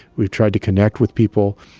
we've tried to connect with people.